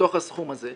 מתוך הסכום הזה,